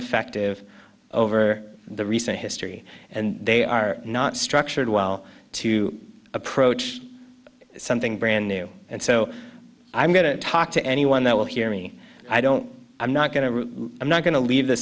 effective over the recent history and they are not structured well to approach something brand new and so i'm going to talk to anyone that will hear me i don't i'm not going to i'm not going to leave the